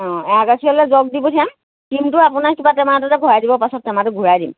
অঁ এৱা গাখীৰলৈ জগ দি পঠিয়াম ক্ৰীমটো আপোনাৰ কিবা টেমা এটাতে ভৰাই দিব পাছত টেমাটো ঘূৰাই দিম